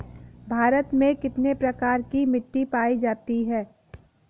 भारत में कितने प्रकार की मिट्टी पायी जाती है?